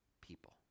people